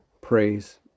Praise